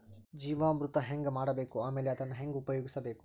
ಜೀವಾಮೃತ ಹೆಂಗ ಮಾಡಬೇಕು ಆಮೇಲೆ ಅದನ್ನ ಹೆಂಗ ಉಪಯೋಗಿಸಬೇಕು?